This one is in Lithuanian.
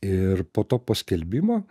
ir po to paskelbimo